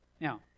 Now